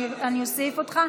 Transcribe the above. אני אוסיף אותך.